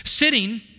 Sitting